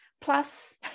plus